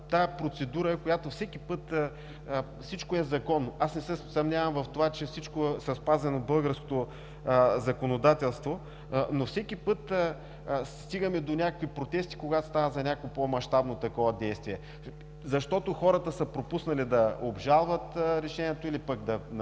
тази процедура, която всеки път всичко е законно… Аз не се съмнявам, че всичко в българското законодателно е спазено, но всеки път стигаме до някакви протести, когато става въпрос за някакво по-мащабно такова действие. Защото хората са пропуснали да обжалват решението или пък да